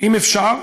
אם אפשר,